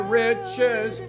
riches